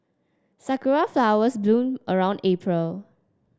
sakura flowers bloom around April